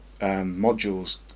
modules